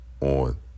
on